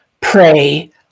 pray